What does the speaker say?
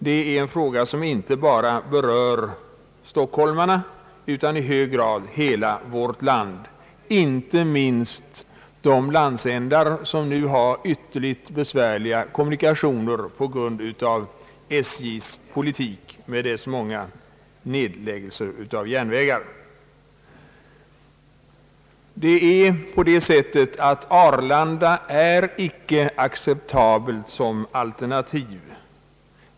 Det är en fråga som berör inte bara Stockholm utan i hög grad hela vårt land, inte minst de landsändar som nu har ytterligt besvärliga kommunikationer på grund av SJ:s politik med dess många järnvägsnedläggelser. Arlanda är icke acceptabelt som alternativ.